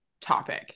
topic